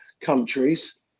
countries